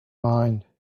mind